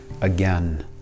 again